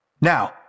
Now